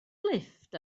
lifft